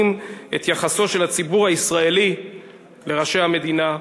את יחסו של הציבור הישראלי לראשי המדינה בעבר.